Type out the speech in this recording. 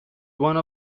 one